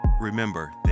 remember